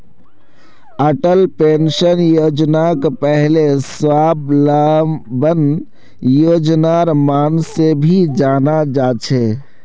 Atal pension योजनाक पहले स्वाबलंबन योजनार नाम से भी जाना जा छे